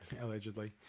allegedly